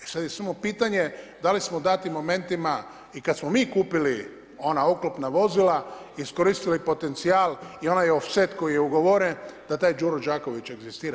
E sad je samo pitanje da li smo u datim momentima i kad smo mi kupili ona oklopna vozila iskoristili potencijal i onaj offset koji je ugovoren da taj Đuro Đaković egzistira.